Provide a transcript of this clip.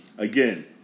Again